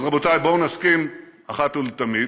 אז רבותיי, בואו נסכים אחת ולתמיד